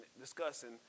discussing